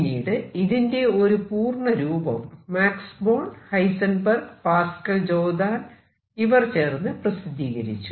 പിന്നീട് ഇതിന്റെ ഒരു പൂർണരൂപം Max Born Heisenberg Pascual Jordan ഇവർ ചേർന്ന് പ്രസിദ്ധീകരിച്ചു